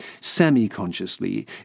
semi-consciously